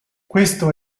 questo